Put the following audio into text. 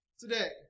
today